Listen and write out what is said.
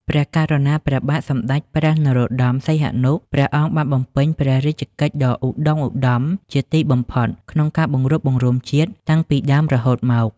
ព្រះករុណាព្រះបាទសម្តេចព្រះនរោត្តម សីហនុ ព្រះអង្គបានបំពេញព្រះរាជកិច្ចដ៏ឧត្តុង្គ ឧត្តមជាទីបំផុតក្នុងការបង្រួបបង្រួមជាតិតាំងពីដើមរហូតមក។